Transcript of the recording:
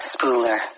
Spooler